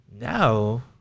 now